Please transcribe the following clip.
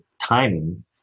timing